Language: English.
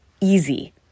easy